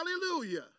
Hallelujah